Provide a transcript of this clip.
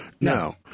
No